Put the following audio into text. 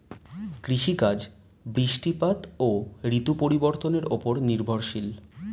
কৃষিকাজ বৃষ্টিপাত ও ঋতু পরিবর্তনের উপর নির্ভরশীল